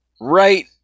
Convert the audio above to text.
right